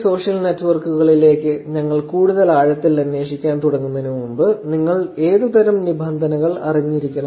ഈ സോഷ്യൽ നെറ്റ്വർക്കുകളിലേക്ക് ഞങ്ങൾ കൂടുതൽ ആഴത്തിൽ അന്വേഷിക്കാൻ തുടങ്ങുന്നതിനുമുമ്പ് നിങ്ങൾ ഏതുതരം നിബന്ധനകൾ അറിഞ്ഞിരിക്കണം